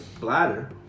bladder